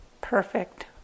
perfect